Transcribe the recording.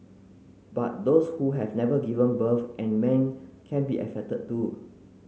but those who have never given birth and men can be affected too